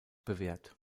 bewährt